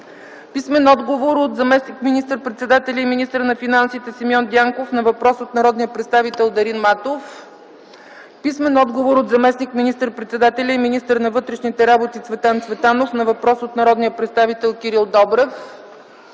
Тошев; - от заместник министър-председателя и министър на финансите Симеон Дянков на въпрос от народния представител Дарин Матов; - от заместник министър-председателя и министър на вътрешните работи Цветан Цветанов на въпрос от народния представител Кирил Добрев;